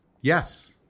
Yes